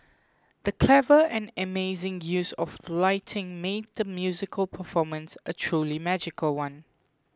the clever and amazing use of lighting made the musical performance a truly magical one